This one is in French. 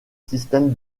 système